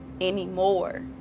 anymore